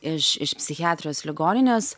iš iš psichiatrijos ligoninės